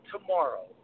tomorrow